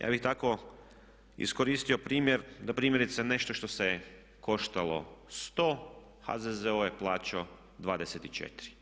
Ja bih tako iskoristio primjer da primjerice nešto što se koštalo 100 HZZO je plaćao 24.